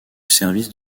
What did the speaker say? service